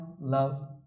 love